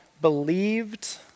believed